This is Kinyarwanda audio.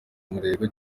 umurego